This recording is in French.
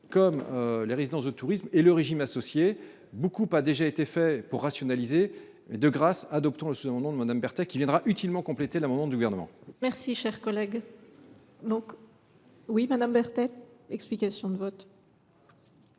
que les résidences de tourisme et le régime associé. Beaucoup a déjà été fait pour rationaliser le dispositif ; de grâce, adoptons le sous amendement de Mme Berthet, qui viendra utilement compléter l’amendement du Gouvernement ! La parole est à Mme Martine Berthet, pour explication de vote.